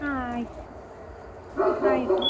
ಹಾಂ ಆಯಿತು ಆಯಿತು